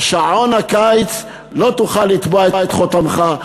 על שעון הקיץ לא תוכל להטביע את חותמך.